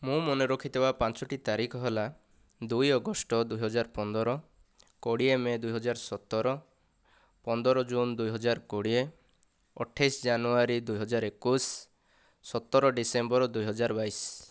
ମୁଁ ମନେ ରଖିଥିବା ପାଞ୍ଚୋଟି ତାରିଖ ହେଲା ଦୁଇ ଅଗଷ୍ଟ ଦୁଇ ହଜାର ପନ୍ଦର କୋଡ଼ିଏ ମେ' ଦୁଇ ହଜାର ସତର ପନ୍ଦର ଜୁନ ଦୁଇ ହଜାର କୋଡ଼ିଏ ଅଠେଇଶ ଜାନୁଆରୀ ଦୁଇ ହଜାର ଏକୋଇଶ ସତର ଡିସେମ୍ବର ଦୁଇ ହଜାର ବାଇଶ